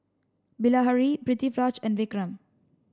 Bilahari Pritiviraj and Vikram